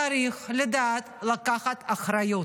צריך לדעת לקחת אחריות.